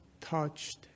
touched